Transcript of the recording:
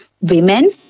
women